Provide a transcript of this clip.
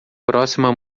próxima